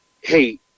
hey